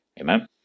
Amen